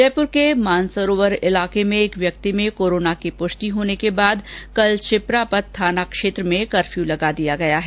जयपुर के मानसरोवर इलाके में एक व्यक्ति में कोरोना की पुष्टि होने के बाद कल शिप्रापथ थाना क्षेत्र में कफर्यू लगा दिया गया है